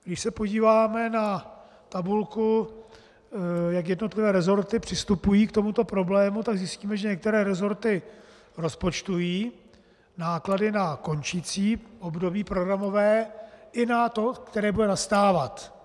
Když se podíváme na tabulku, jak jednotlivé resorty přistupují k tomuto problému, tak zjistíme, že některé resorty rozpočtují náklady na končící programové období i na to, které bude nastávat.